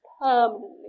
permanently